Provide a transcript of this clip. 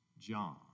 John